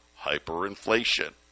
hyperinflation